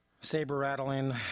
saber-rattling